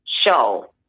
show